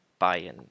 Bayern